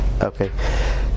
Okay